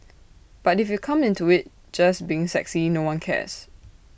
but if you come into IT just being sexy no one cares